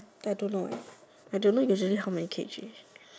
I don't know leh I don't know usually how many k_g